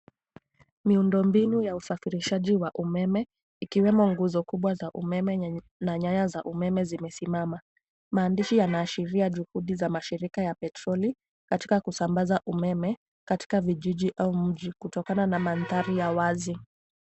Miundo mbinu ya usafirishaji wa umeme ikiwemo nguzo kubwa za umeme na nyaya za umeme zimesimama. Maandishi yanaashiria juhudi za mashirika ya petroli katika kusambaza umeme katika vijiji au mji kutokana na mandhari ya wazi.